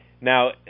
Now